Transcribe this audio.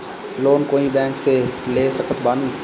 Loan कोई bank से ले सकत बानी?